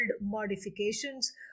modifications